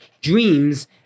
dreams